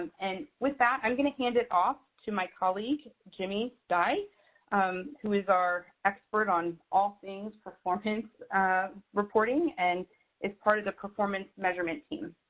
um and with that, i'm going to hand it off to my colleague, jimmy steyee who is our expert on all things performance reporting. and is part of the performance measurement team.